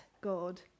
God